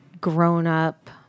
grown-up